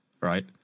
right